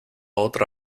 otra